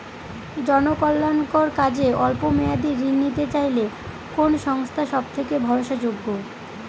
জনকল্যাণকর কাজে অল্প মেয়াদী ঋণ নিতে চাইলে কোন সংস্থা সবথেকে ভরসাযোগ্য?